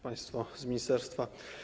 Państwo z Ministerstwa!